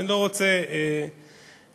אני לא רוצה כיבודים,